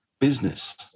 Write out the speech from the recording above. business